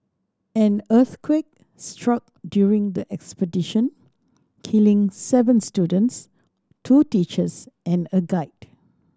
an earthquake struck during the expedition killing seven students two teachers and a guide